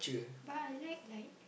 but I like like